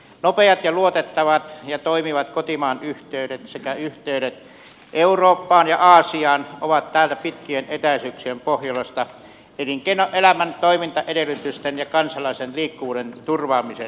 nopeat luotettavat ja toimivat kotimaan yhteydet sekä yh teydet eurooppaan ja aasiaan täältä pitkien etäisyyksien pohjolasta ovat elinkeinoelämän toimintaedellytysten ja kansalaisen liikkuvuuden turvaamisen elinehto